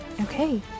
Okay